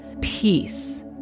Peace